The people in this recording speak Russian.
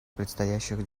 предстоящих